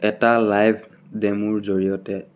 এটা লাইভ ডেমোৰ জৰিয়তে